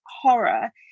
horror